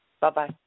Bye-bye